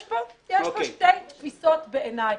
יש פה שתי תפיסות בעיניי.